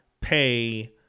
pay